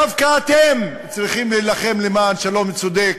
דווקא אתם צריכים להילחם למען שלום צודק,